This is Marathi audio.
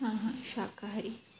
हां हां शाकाहारी